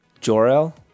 Jor-El